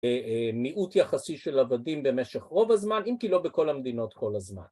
מיעוט יחסי של עבדים במשך רוב הזמן, ‫אם כי לא בכל המדינות כל הזמן.